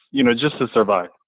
you know, just to survive.